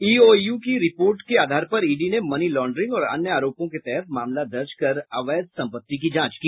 ई O U की report के आधार पर ईडी ने मनी लाउंड्रिंग और अन्य आरोपों के तहत मामला दर्ज कर अवैध संपत्ति की जांच की